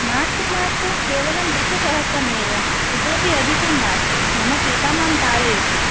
मास्तु मास्तु केवलं दशसहस्त्रमेव इतोऽपि अधिकं मास्तु मम पिता मां ताडयति